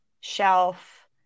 shelf